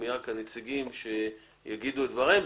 הם יאמרו את דבריהם.